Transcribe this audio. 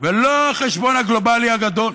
ולא החשבון הגלובלי הגדול.